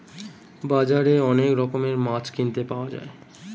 বাজারে অনেক রকমের মাছ কিনতে পাওয়া যায়